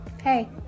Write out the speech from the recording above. Hey